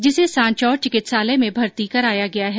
जिसे सांचौर चिकित्सालय में भर्ती कराया गया है